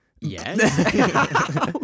Yes